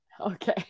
okay